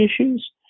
issues